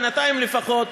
בינתיים לפחות,